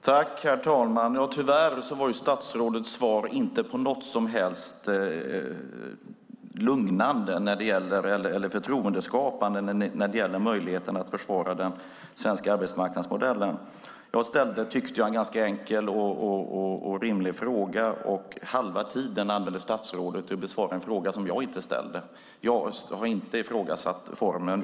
Herr talman! Tyvärr var statsrådets svar inte på något sätt lugnande eller förtroendeskapande när det gäller möjligheterna att försvara den svenska arbetsmarknadsmodellen. Jag tyckte att jag ställde en ganska enkel och rimlig fråga. Men halva tiden använde statsrådet för att besvara en fråga som jag inte ställde. Jag har inte ifrågasatt formen.